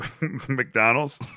McDonald's